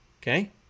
Okay